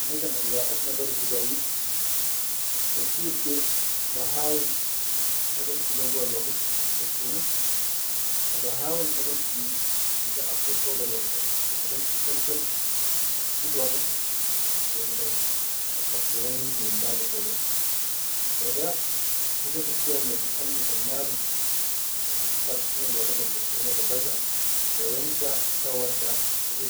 Ana kan al waʼat na be rafugani, kateer ke ba hawul ma banshi gabulal waqit addassena, wa ba hawul ma banshi mu ta akhir fogal waqit addassena bamshi kal-kal fil waqit dassena da bas. Al khaddena nimshi nil liga foga da, wa da hubas ashel bil ajini kan nadum akhtar minal waqit al addassena basʼal wa yomta bikan wadda.